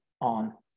on